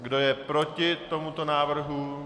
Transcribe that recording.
Kdo je proti tomuto návrhu?